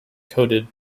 coated